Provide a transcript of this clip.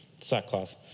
sackcloth